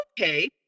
okay